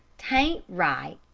t ain't right,